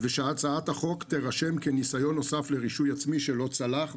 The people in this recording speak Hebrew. ושהצעת החוק תירשם כניסיון נוסף לרישוי עצמי שלא צלח,